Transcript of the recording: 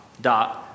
dot